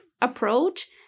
approach